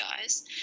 guys